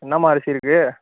என்னம்மா அரிசி இருக்கு